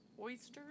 Oysters